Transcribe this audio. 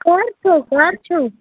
کَر کھیٚو کَر کھیٚو